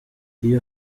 iyo